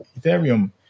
Ethereum